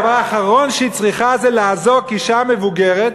הדבר האחרון שהיא צריכה זה לאזוק אישה מבוגרת,